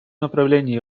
направлении